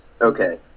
Okay